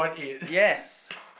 yes